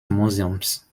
museums